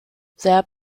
their